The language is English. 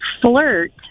flirt